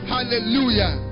Hallelujah